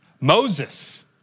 Moses